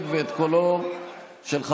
העשרים-וארבע (הוראות מיוחדות ותיקוני חקיקה),